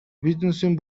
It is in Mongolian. бизнесийн